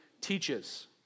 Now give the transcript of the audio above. teaches